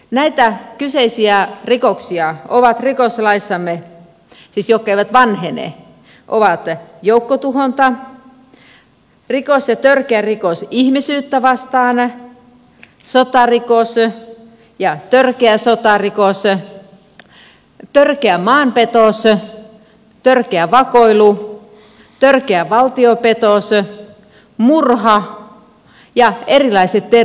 näitä kyseisiä rikoksia ovat rikoslaissamme siis jotka eivät vanhene joukkotuhonta rikos ja törkeä rikos ihmisyyttä vastaan sotarikos ja törkeä sotarikos törkeä maanpetos törkeä vakoilu törkeä valtiopetos murha ja erilaiset terrorismirikokset